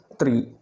three